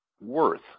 worth